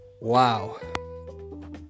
wow